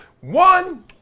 One